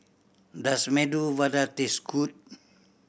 does Medu Vada taste good